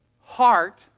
heart